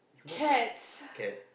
cats